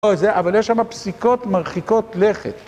אבל יש שם פסיקות מרחיקות לכת